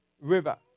river